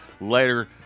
later